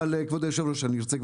אבל כבוד היו"ר אני רוצה,